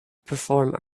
perform